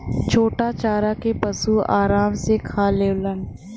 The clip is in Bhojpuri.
छोटा चारा के पशु आराम से खा लेवलन